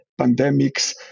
pandemics